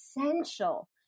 essential